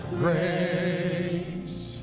grace